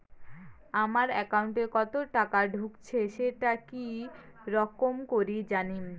আমার একাউন্টে কতো টাকা ঢুকেছে সেটা কি রকম করি জানিম?